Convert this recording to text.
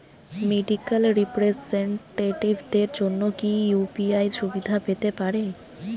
Medical রিপ্রেজন্টেটিভদের জন্য কি ইউ.পি.আই সুবিধা পেতে পারে?